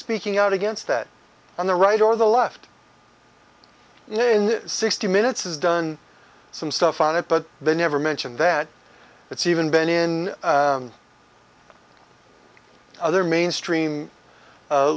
speaking out against that on the right or the left in the sixty minutes is done some stuff on it but they never mention that it's even been in other mainstream